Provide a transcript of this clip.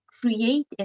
create